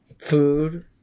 food